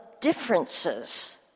differences